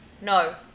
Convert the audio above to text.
No